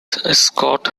scott